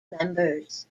members